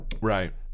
Right